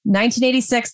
1986